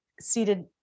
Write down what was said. seated